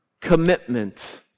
commitment